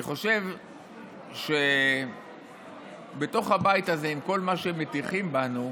אני חושב שבתוך הבית הזה, עם כל מה שמטיחים בנו,